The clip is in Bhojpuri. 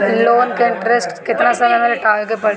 लोन के इंटरेस्ट केतना समय में लौटावे के पड़ी?